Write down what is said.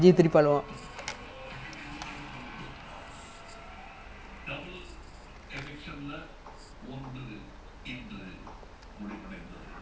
no the thing is like அதுல பாத்தினா:athula paathinaa the easiest team that can trace as of now I would say dortment but even then dortment is already so good